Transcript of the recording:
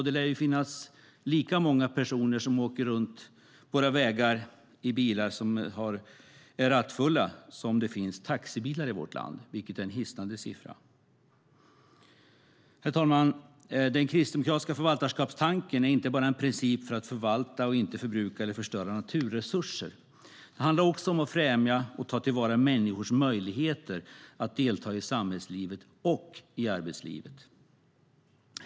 Det lär finnas lika många bilar på våra vägar som körs av rattfulla som det finns taxibilar i vårt land, vilket är en hisnande siffra. Herr talman! Den kristdemokratiska förvaltarskapstanken är inte bara en princip för att förvalta och inte förbruka eller förstöra naturresurser. Den handlar också om att främja och ta till vara människors möjligheter att delta i samhällslivet och i arbetslivet.